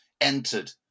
entered